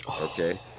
okay